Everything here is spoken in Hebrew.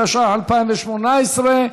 התשע"ח 2018,